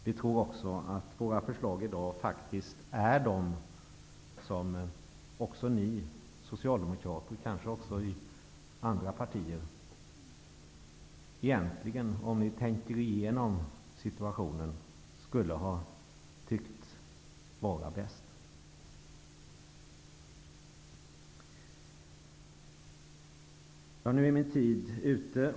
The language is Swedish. Vi tror också att våra förslag i dag faktiskt är de som också ni socialdemokrater, kanske även ni i andra partier - om ni tänker igenom situationen - egentligen tycker är bäst. Herr talman!